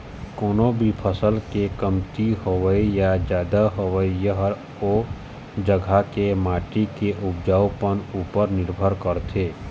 कोनो भी फसल के कमती होवई या जादा होवई ह ओ जघा के माटी के उपजउपन उपर निरभर करथे